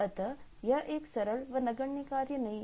अतः यह एक सरल व नगण्य कार्य नहीं है